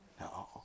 no